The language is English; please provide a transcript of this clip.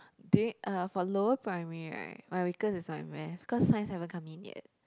during uh for lower primary right my weakest is my math cause science haven't come in yet